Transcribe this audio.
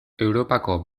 europako